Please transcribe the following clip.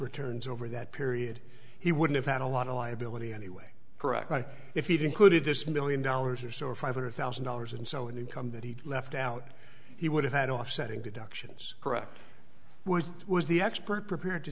returns over that period he would have had a lot of liability anyway correct like if he'd included this million dollars or so or five hundred thousand dollars and so in the income that he left out he would have had offsetting deductions correct which was the expert prepared to